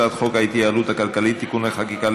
הצעת החוק עברה את אישור הכנסת ותעבור לוועדת החוקה,